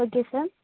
okay sir